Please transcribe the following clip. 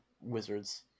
wizards